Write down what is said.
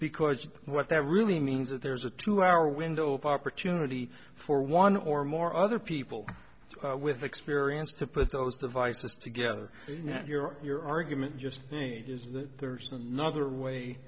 because what that really means that there's a two hour window of opportunity for one or more other people with experience to put those devices together that your your argument just is that there's another way